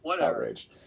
outraged